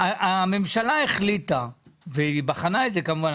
הממשלה החליטה והיא בחנה את זה כמובן.